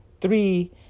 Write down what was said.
three